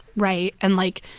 right? and, like,